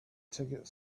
ticket